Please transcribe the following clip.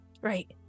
Right